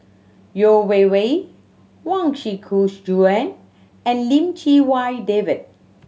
Yeo Wei Wei Huang Shiqi Joan and Lim Chee Wai David